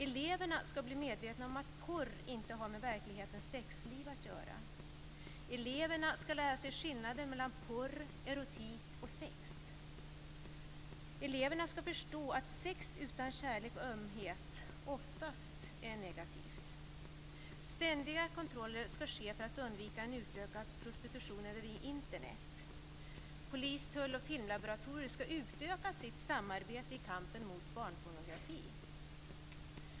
Eleverna ska bli medvetna om att porr inte har med verklighetens sexliv att göra. Eleverna ska lära sig skillnaden mellan porr, erotik och sex. Eleverna ska förstå att sex utan kärlek och ömhet oftast är negativt. Ständiga kontroller ska ske för att undvika en utökad prostitution över Internet. Polis, tull och filmlaboratorier ska utöka sitt samarbete i kampen mot barnpornografi.